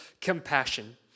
compassion